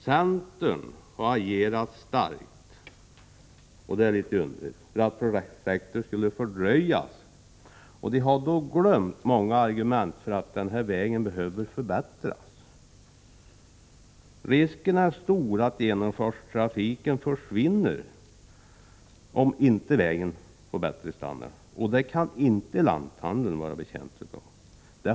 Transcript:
Centern har agerat starkt — och det är litet underligt — för att projektet skulle fördröjas, och man har då glömt många argument för att denna väg behöver förbättras. Risken är stor att genomfartstrafiken försvinner, om inte vägen får bättre standard. Det kan inte lanthandeln vara betjänt av.